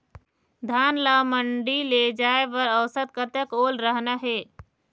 धान ला मंडी ले जाय बर औसत कतक ओल रहना हे?